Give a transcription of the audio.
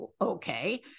okay